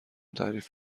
تعریف